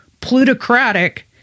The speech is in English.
plutocratic